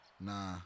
nah